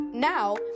Now